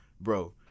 bro